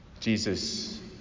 jesus